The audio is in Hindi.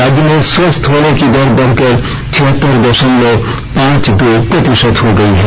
राज्य में स्वस्थ होने की दर बढ़कर छिहतर दशमलव पांच दो प्रतिशत हो गई है